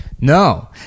No